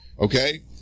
okay